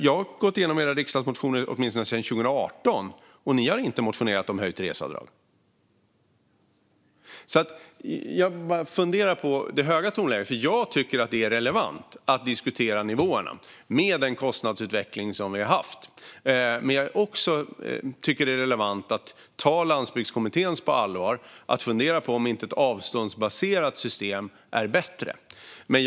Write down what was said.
Jag har också gått igenom era riksdagsmotioner sedan åtminstone 2018, och ni har inte motionerat om höjt reseavdrag. Jag funderar därför över det höga tonläget. Jag tycker att det är relevant att diskutera nivåerna med tanke på den kostnadsutveckling vi har haft, men jag tycker också att det är relevant att ta Landsbygdskommitténs förslag på allvar och fundera över om inte ett avståndsbaserat system är bättre.